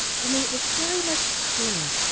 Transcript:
only it was very much clearer,